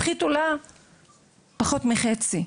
מפחיתים את אחוזי הנכות לפחות מחצי.